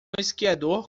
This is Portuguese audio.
esquiador